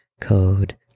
code